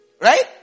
Right